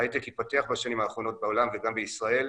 ההייטק התפתח בשנים האחרונות בעולם וגם בישראל,